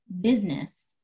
business